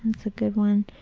good one.